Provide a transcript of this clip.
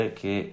che